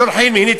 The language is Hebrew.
שולחים לי: הנה,